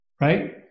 right